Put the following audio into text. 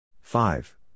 five